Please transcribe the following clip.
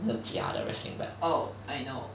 那个假的 wrestling belt